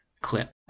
clip